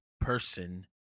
person